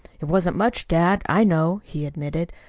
it wasn't much, dad, i know, he admitted,